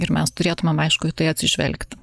ir mes turėtumėm aišku į tai atsižvelgti